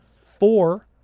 Four